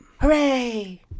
Hooray